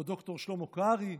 או ד"ר שלמה קרעי?